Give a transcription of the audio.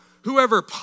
whoever